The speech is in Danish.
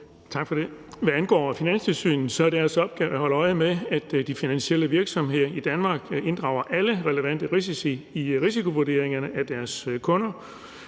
Tak for det. Hvad angår Finanstilsynet, er deres opgave at holde øje med, at de finansielle virksomheder i Danmark inddrager alle relevante risici i risikovurderingerne af deres kunder.